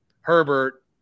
Herbert